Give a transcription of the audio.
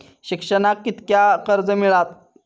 शिक्षणाक कीतक्या कर्ज मिलात?